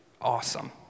awesome